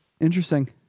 Interesting